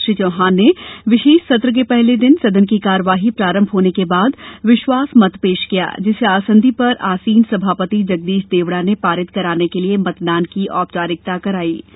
श्री चौहान ने विशेष सत्र के पहले दिन सदन की कॉर्यवाही प्रारम्भ होने के बाद विश्वास मत पेश किया जिसे आसंदी पर आसीन सभापति जगदीश देवड़ा ने पारित कराने के लिए मतदान की औपचारिकता करायी